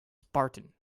spartan